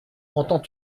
entends